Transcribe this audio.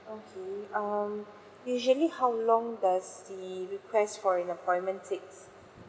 okay um usually how long does the request for an appointment takes